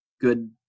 good